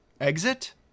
exit